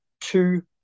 two